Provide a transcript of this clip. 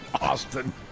Austin